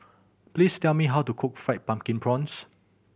please tell me how to cook Fried Pumpkin Prawns